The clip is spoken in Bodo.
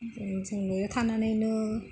जों न'आव थानानैनो